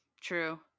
True